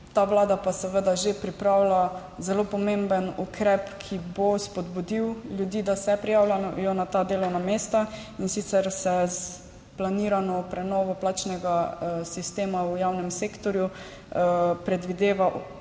Ta vlada pa seveda že pripravlja zelo pomemben ukrep, ki bo spodbudil ljudi, da se prijavljajo na ta delovna mesta. In sicer se s planirano prenovo plačnega sistema v javnem sektorju končno predvideva odprava